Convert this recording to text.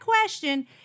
question